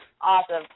Awesome